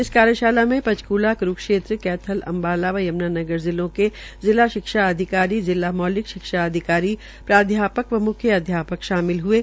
इस कार्यशाला में पंचकूला क्रूक्षेत्र अम्बाला व यम्नानगर जिलों के जिला शिक्षा अधिकारी जिला मौलिक शिक्षा अधिकारी प्रधयापक व मुख्य प्राध्यापक शामिल हये